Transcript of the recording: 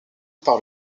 par